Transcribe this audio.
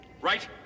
Right